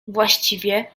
właściwie